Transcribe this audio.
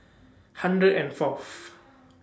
hundred and Fourth